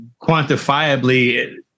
quantifiably